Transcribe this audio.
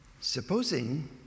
supposing